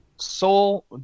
soul